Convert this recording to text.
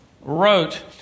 wrote